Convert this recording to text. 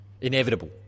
Inevitable